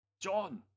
John